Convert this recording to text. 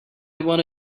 want